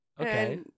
okay